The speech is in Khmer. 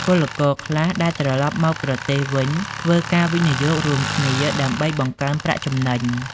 ពលករខ្លះដែលត្រឡប់មកប្រទេសវិញធ្វើការវិនិយោគរួមគ្នាដើម្បីបង្កើនប្រាក់ចំណេញ។